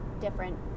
different